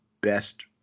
best